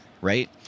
right